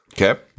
okay